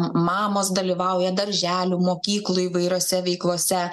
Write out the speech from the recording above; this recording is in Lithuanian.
mamos dalyvauja darželių mokyklų įvairiose veiklose